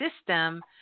system